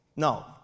No